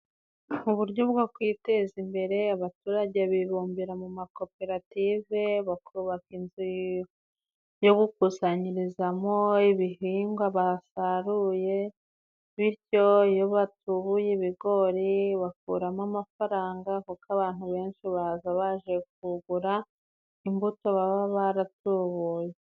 Mu buryo bwo kwiteza imbere abaturage bibumbira mu makoperative, bakubaka inzu yo gukusanyirizamo ibihingwa basaruye. Bityo iyo batubuye ibigori bakuramo amafaranga, kuko abantu benshi baza baje kugura imbuto baba baratubuye.